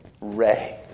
ray